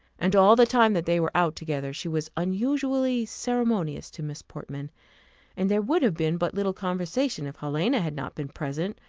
and all the time that they were out together, she was unusually ceremonious to miss portman and there would have been but little conversation, if helena had not been present,